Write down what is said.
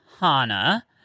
Hana